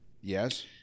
Yes